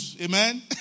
amen